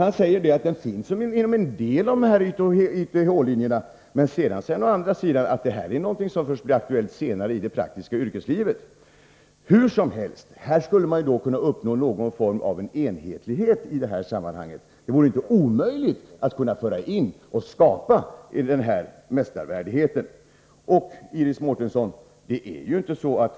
Han säger att mästarvärdigheten finns inom en del av YTH-utbildningen, men sedan säger han att den blir aktuell senare i det praktiska yrkeslivet. Här skulle man hur som helst kunna uppnå någon form av enhetlighet i sammanhanget. Det vore inte omöjligt att föra in mästarvärdigheten.